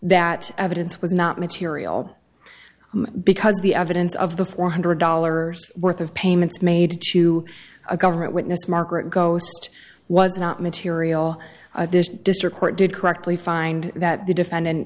that evidence was not material because the evidence of the four hundred dollars worth of payments made to a government witness margaret ghost was not material of this district court did correctly find that the defendant